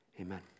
amen